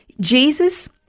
Jesus